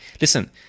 listen